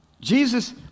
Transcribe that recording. Jesus